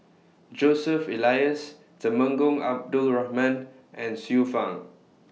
Joseph Elias Temenggong Abdul Rahman and Xiu Fang